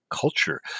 culture